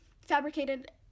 fabricated